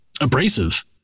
abrasive